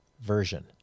Version